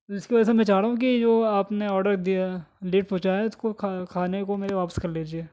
جس کی وجہ سے میں چاہ رہا ہوں کہ جو آپ نے آڈر دیا دیر پہنچایا اس کو کھانے کو میرے واپس کر لیجیے